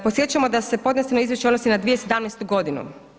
Podsjećamo da se podneseno izvješće odnosi na 2017. godinu.